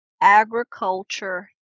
agriculture